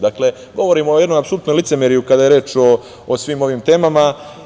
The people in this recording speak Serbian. Dakle, govorim o jednom apsolutnom licemerju kada je reč o svim ovim temama.